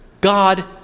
God